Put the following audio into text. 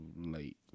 late